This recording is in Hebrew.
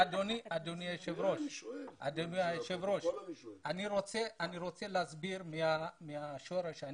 אדוני היושב ראש, אני רוצה להסביר מהשורש.